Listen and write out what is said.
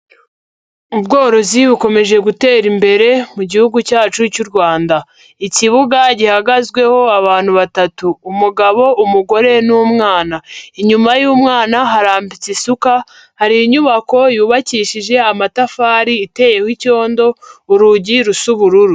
Ubworozi bukomeje gutera imbere mu gihugu cyacu cy'u Rwanda, ikibuga gihagazweho abantu batatu, umugabo, umugore n'umwana, inyuma y'umwana harambitse isuka, hari inyubako yubakishije amatafari iteyeho icyondo urugi rusa ubururu.